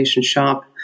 shop